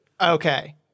Okay